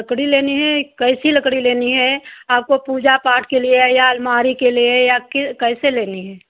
लकड़ी लेनी है कैसी लकड़ी लेनी है आपको पूजा पाठ के लिए या अलमारी के लिए या की कैसे लेनी है